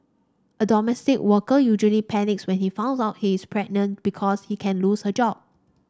a domestic worker usually panics when he found out he is pregnant because she can lose her job